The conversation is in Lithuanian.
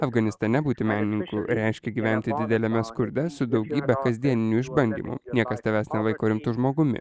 afganistane būti menininku reiškia gyventi dideliame skurde su daugybe kasdieninių išbandymų niekas tavęs nelaiko rimtu žmogumi